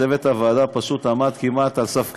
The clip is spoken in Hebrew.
וצוות הוועדה פשוט עמד כמעט על סף קריסה,